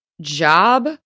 job